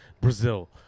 Brazil